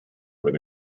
with